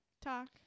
talk